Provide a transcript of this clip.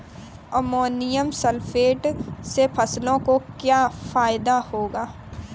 Ammonium sulphate से फसलों को क्या फायदा होगा?